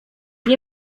nie